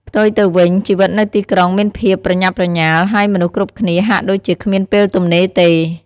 ផ្ទុយទៅវិញ ជីវិតនៅទីក្រុងមានភាពប្រញាប់ប្រញាល់ ហើយមនុស្សគ្រប់គ្នាហាក់ដូចជាគ្មានពេលទំនេរទេ។